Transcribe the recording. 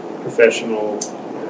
professional